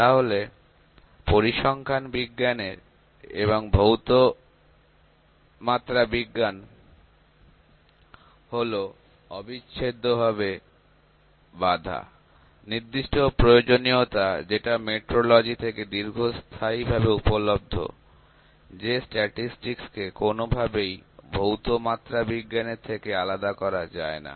তাহলে পরিসংখ্যান বিজ্ঞান এবং ভৌত মাত্রা বিজ্ঞান হল অবিচ্ছেদ্যভাবে বাধা নির্দিষ্ট প্রয়োজনীয়তা যেটা মেট্রলজি থেকে দীর্ঘস্থায়ীভাবে উপলব্ধ যে স্ট্যাটিসটিকস কে কোনভাবেই ভৌত মাত্রাবিজ্ঞানের থেকে আলাদা করা যায়না